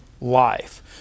life